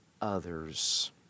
others